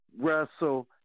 Russell